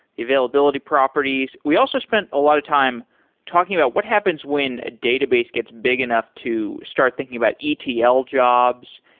the availability properties. we also spent a lot of time talking about what happens when a database gets big enough to start thinking about etl jobs,